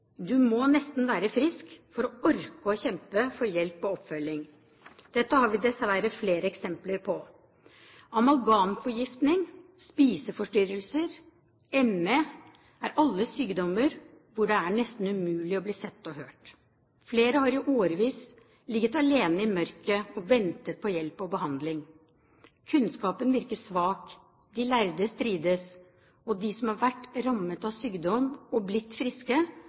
Du må nesten være frisk for å orke å kjempe for hjelp og oppfølging. Dette har vi dessverre flere eksempler på. Amalgamforgiftning, spiseforstyrrelser og ME er alle sykdommer hvor det er nesten umulig å bli sett og hørt. Flere har i årevis ligget alene i mørket og ventet på hjelp og behandling. Kunnskapen virker svak, de lærde strides, og de som har vært rammet av sykdom og blitt friske,